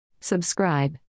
Subscribe